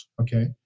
Okay